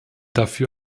dafür